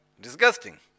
disgusting